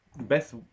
best